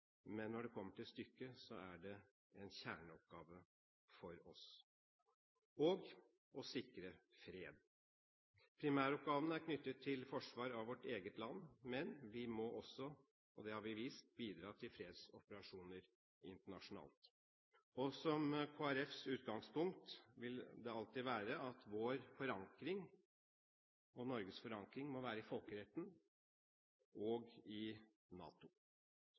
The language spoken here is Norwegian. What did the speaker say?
men når det kommer til stykket, er dette – og det å sikre fred – en kjerneoppgave for oss. Primæroppgavene er knyttet til forsvar av vårt eget land. Men vi må også – og det har vi vist – bidra til fredsoperasjoner internasjonalt. Kristelig Folkepartis utgangspunkt vil alltid være at Norges forankring må være i folkeretten og i NATO.